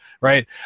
right